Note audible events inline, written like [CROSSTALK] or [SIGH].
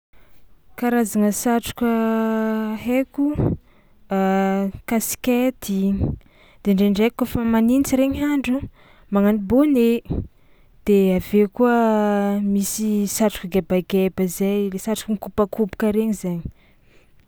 Karazagna satroka haiko: [HESITATION] kasikety de ndraindraiky kaofa manintsy regny handro magnano bonnet de avy eo koa misy satroka gebageba zay le satroka mikopakopaka regny zainy.